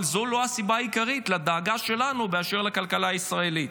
אבל זו לא הסיבה העיקרית לדאגה שלנו באשר לכלכלה הישראלית.